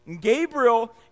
Gabriel